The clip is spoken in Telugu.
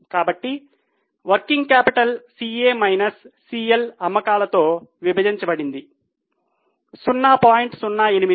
కాబట్టి working capital CA minus CL అమ్మకాలతో విభజించబడింది 0